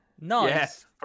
Nice